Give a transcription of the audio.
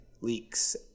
leaks